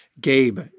Gabe